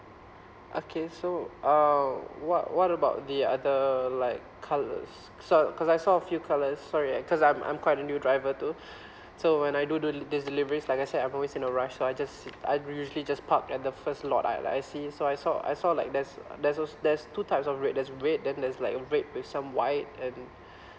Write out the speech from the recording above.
okay so uh what what about the other like colours because I saw a few colours sorry uh because I'm I'm quite a new driver too so when I do this delivery it's like I said I'm always in a rush so I just I would usually just park at the first lot I I see so I saw I saw like there's there's also there's two types of red that's red then there's like red with some white and